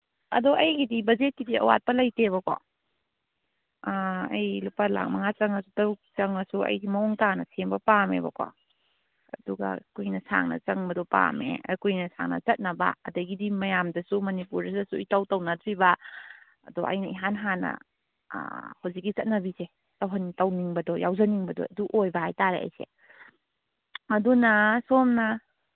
ꯑꯗꯣ ꯑꯩꯒꯤꯗꯤ ꯕꯖꯦꯠꯀꯤꯗꯤ ꯑꯋꯥꯠꯄ ꯂꯩꯇꯦꯕꯀꯣ ꯑꯩ ꯂꯨꯄꯥ ꯂꯥꯈ ꯃꯉꯥ ꯆꯪꯉꯁꯨ ꯇꯔꯨꯛ ꯆꯪꯉꯁꯨ ꯑꯩꯒꯤ ꯃꯑꯣꯡ ꯇꯥꯅ ꯁꯦꯝꯕ ꯄꯥꯝꯃꯦꯕꯀꯣ ꯑꯗꯨꯒ ꯀꯨꯏꯅ ꯁꯥꯡꯅ ꯆꯪꯕꯗꯣ ꯄꯥꯝꯃꯦ ꯀꯨꯏꯅ ꯁꯥꯡꯅ ꯆꯠꯅꯕ ꯑꯗꯒꯤꯗꯤ ꯃꯌꯥꯝꯗꯁꯨ ꯃꯅꯤꯄꯨꯔꯁꯤꯗꯁꯨ ꯏꯇꯧ ꯇꯧꯅꯗ꯭ꯔꯤꯕ ꯑꯗꯣ ꯑꯩꯅ ꯏꯍꯥꯟ ꯍꯥꯟꯅ ꯍꯧꯖꯤꯛꯀꯤ ꯆꯠꯅꯕꯤꯁꯦ ꯇꯧꯅꯤꯡꯕꯗꯣ ꯌꯥꯎꯖꯅꯤꯡꯕꯗꯣ ꯑꯗꯨ ꯑꯣꯏꯕ ꯍꯥꯏ ꯇꯥꯔꯦ ꯑꯩꯁꯦ ꯑꯗꯨꯅ ꯁꯣꯝꯅ